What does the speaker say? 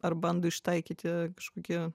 ar bando ištaikyti kažkokį